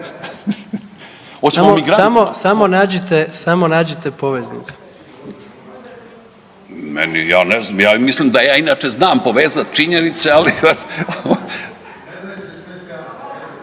Ante (DP)** Ja mislim da ja inače znam povezati činjenice, ali